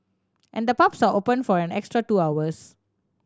and the pubs are open for an extra two hours